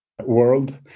world